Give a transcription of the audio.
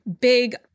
big